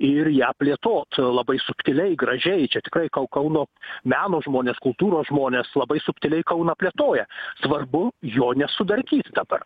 ir ją plėtot labai subtiliai gražiai čia tikrai kau kauno meno žmonės kultūros žmonės labai subtiliai kauną plėtoja svarbu jo nesudarkyt dabar